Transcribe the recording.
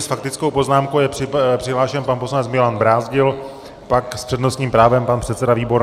S faktickou poznámkou je přihlášen pan poslanec Milan Brázdil, pak s přednostním právem pan předseda Výborný.